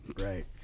Right